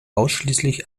ausschließlich